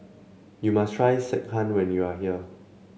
you must try Sekihan when you are here